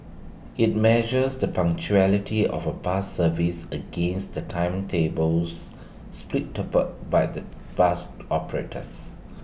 IT measures the punctuality of A bus services against the timetables by the bus operators